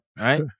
Right